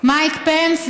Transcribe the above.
מייק פנס,